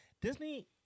Disney